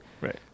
Right